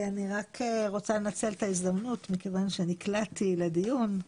אני רוצה לנצל את ההזדמנות מכיוון שנקלעתי לדיון.